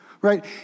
right